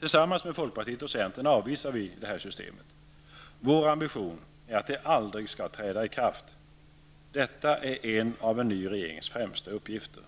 Tillsammans med folkpartiet och centern avvisar vi detta system. Vår ambition är att det aldrig skall träda i kraft. Detta är en av en ny regerings främsta uppgifter.